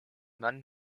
mann